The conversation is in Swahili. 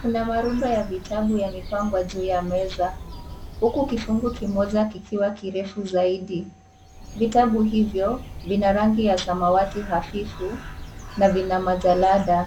Kuna marundo ya vitabu yamepangwa juu ya meza, huku kifungu kimoja kikiwa kirefu zaidi. Vitabu hivyo, vina rangi ya samawati hafifu na vina majalada.